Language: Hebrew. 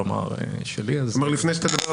כבר אמר כאן בתחילת הדיון - לא למנות רמטכ"ל,